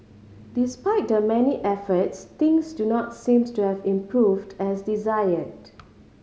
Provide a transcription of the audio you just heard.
despite the many efforts things do not seem to have improved as desired